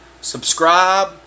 subscribe